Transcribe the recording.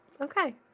Okay